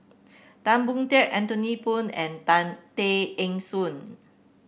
Tan Boon Teik Anthony Poon and Tan Tay Eng Soon